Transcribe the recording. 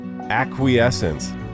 Acquiescence